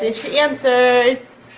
ah she answers.